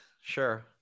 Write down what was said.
Sure